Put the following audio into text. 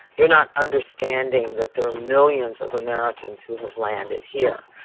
you're not understanding that there are millions of americans who have landed here.